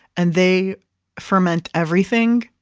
and they ferment everything,